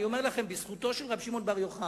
אני אומר לכם, בזכותו של רבי שמעון בר יוחאי,